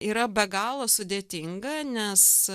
yra be galo sudėtinga nes